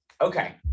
Okay